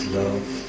love